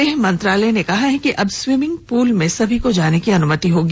गृह मंत्रालय ने कहा है कि अब स्वीमिंग पूल में सभी को जाने की अनुमति होगी